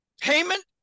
payment